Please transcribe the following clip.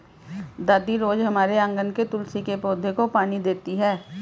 दादी रोज हमारे आँगन के तुलसी के पौधे को पानी देती हैं